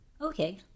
Okay